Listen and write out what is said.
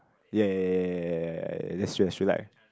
ya ya ya ya ya ya that's true that's true like